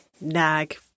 nag